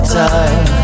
time